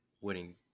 winning